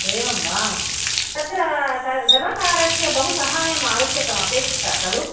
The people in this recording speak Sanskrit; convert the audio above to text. एवं वा तत्र सर् सर्वकारस्य बहु साहाय्यम् आवश्यकम् अपेक्षितं खलु